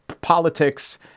politics